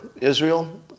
Israel